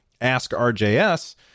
AskRJS